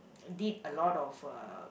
did a lot of uh